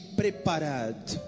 preparado